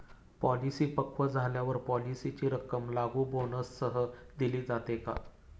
Policy पक्व झाल्यावर पॉलिसीची रक्कम लागू बोनससह दिली जाते का?